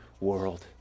world